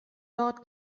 dort